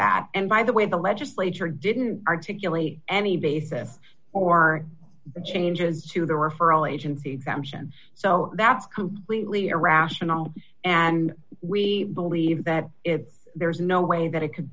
that and by the way the legislature didn't particularly any basis or changes to the referral agency exemption so that's completely irrational and we believe that there's no way that it could